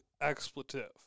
expletive